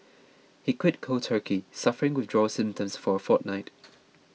he quit cold turkey suffering withdrawal symptoms for a fortnight